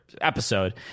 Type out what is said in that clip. episode